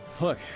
Look